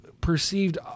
perceived